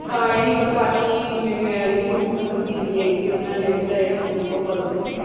ਤਾਂ ਜਿਹੜੀ ਬਸ ਆਹੀ ਜਿਹੜੀ ਮੁੱਖ ਤਬਦੀਲੀ ਹੈਗੀ ਵੀ ਆਪਣਾ ਲਹਿਜ਼ਾ ਜਿਹੜਾ ਬੋਲਣ ਦਾ ਉਹ ਬਦਲ ਚੁੱਕਿਆ